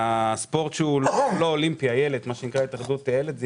החוק שאינו אולימפי, התאחדות אילת, זו